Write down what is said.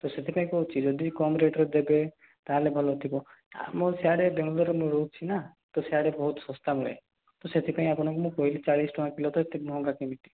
ତ ସେଥିପାଇଁ କହୁଛି ଯଦି କମ୍ ରେଟ୍ରେ ଦେବେ ତାହେଲେ ଭଲ ଥିବ ଆମର ସିଆଡ଼େ ବେଙ୍ଗଲୋର୍ରେ ମୁଁ ରହୁଛି ନା ତ ସିଆଡ଼େ ବହୁତ ଶସ୍ତା ମିଳେ ତ ସେଥିପାଇଁ ମୁଁ ଆପଣଙ୍କୁ କହିଲି ମୁଁ ଚାଳିଶ ଟଙ୍କା କିଲୋ ତ ଏତେ ମହଙ୍ଗା କେମିତି